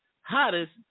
hottest